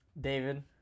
david